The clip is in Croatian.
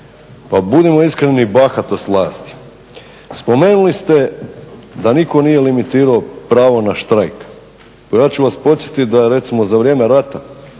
pa budimo iskreni bahatost vlasti. Spomenuli ste da niko nije limitirao pravo na štrajk, pa ja ću vas podsjetiti da je recimo za vrijeme rata